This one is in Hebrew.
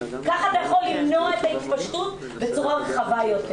כך אתה יכול למנוע את ההתפשטות בצורה רחבה יותר.